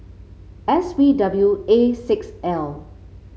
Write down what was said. S B W A six L